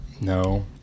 no